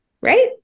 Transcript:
right